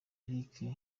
eric